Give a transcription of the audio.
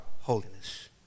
holiness